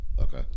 Okay